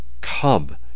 come